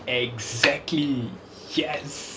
exactly yes